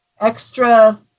extra